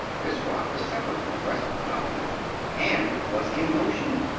this rock was separate from the rest of the mountain and was in motion,